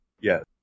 Yes